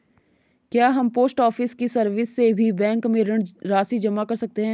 क्या हम post office की सर्विस से भी बैंक में ऋण राशि जमा कर सकते हैं?